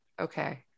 okay